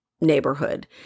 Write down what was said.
neighborhood